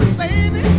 baby